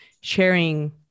sharing